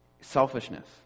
Selfishness